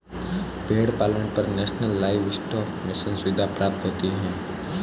भेड़ पालन पर नेशनल लाइवस्टोक मिशन सुविधा प्राप्त होती है